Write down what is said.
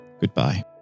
goodbye